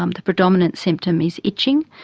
um the predominant symptom is itching.